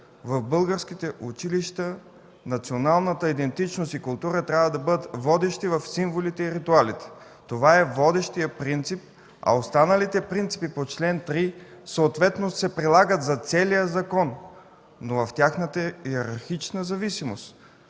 в българските училища националната идентичност и културата трябва да бъдат водещи в символите и ритуалите. Това е водещият принцип, а останалите принципи по чл. 3 съответно се прилагат за целия закон, но в тяхната йерархична зависимост.